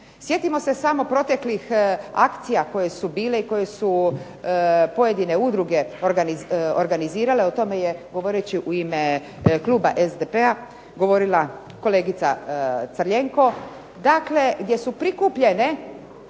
Sjetimo se samo proteklih akcija koje su bile i koje su pojedine udruge organizirale, o tome je govoreći u ime Kluba SDP-a govorila kolega Crljenko, dakle gdje su prikupljala